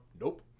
Nope